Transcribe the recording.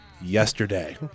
yesterday